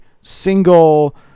single